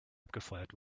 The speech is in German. abgefeuert